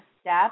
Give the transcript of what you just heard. step